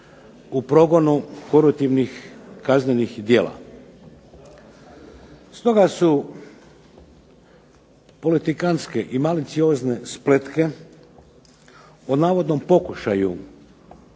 u progonu koruptivnih kaznenih djela. Stoga su politikantske i maliciozne spletke o navodnom pokušaju